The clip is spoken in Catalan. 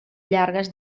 llargues